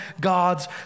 God's